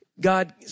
God